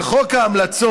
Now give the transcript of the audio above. על חוק ההמלצות,